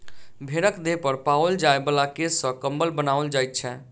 भेंड़क देह पर पाओल जाय बला केश सॅ कम्बल बनाओल जाइत छै